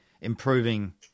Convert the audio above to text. improving